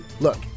Look